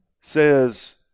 says